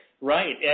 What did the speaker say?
Right